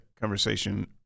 conversation